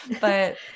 but-